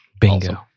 Bingo